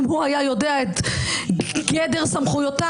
אם הוא היה יודע את גדר סמכויותיו,